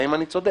האם אני צודק?